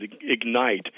ignite